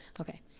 Okay